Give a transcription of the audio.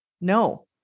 No